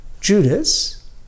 Judas